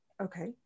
Okay